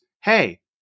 Hey